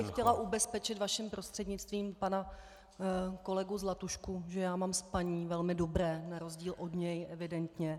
Chtěla bych ubezpečit vaším prostřednictvím pana kolegu Zlatušku, že já mám spaní velmi dobré, na rozdíl od něj evidentně.